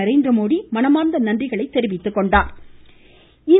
நரேந்திரமோடி மனமாா்ந்த நன்றி தெரிவித்துக்கொண்டாா்